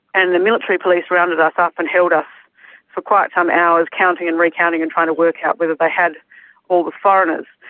and the military police rounded us up and held us for quite some hours, counting and recounting and trying to work out whether they had all the foreigners.